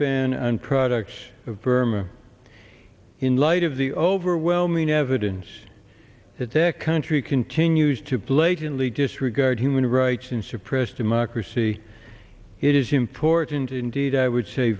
ban on products of burma in light of the overwhelming evidence that that country continues to blatantly disregard human rights and suppress democracy it is important indeed i would say